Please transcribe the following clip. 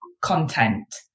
content